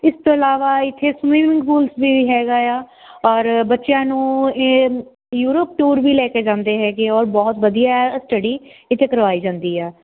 ਇਸ ਤੋਂ ਇਲਾਵਾ ਇੱਥੇ ਸਵੀਵਿੰਗ ਪੂਲ ਵੀ ਹੈਗਾ ਆ ਔਰ ਬੱਚਿਆਂ ਨੂੰ ਇਹ ਯੂਰਪ ਟੂਰ ਵੀ ਲੈ ਕੇ ਜਾਂਦੇ ਹੈਗੇ ਔਰ ਬਹੁਤ ਵਧੀਆ ਸਟੱਡੀ ਇੱਥੇ ਕਰਵਾਈ ਜਾਂਦੀ ਆ